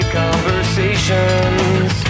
conversations